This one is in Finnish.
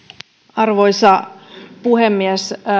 arvoisa puhemies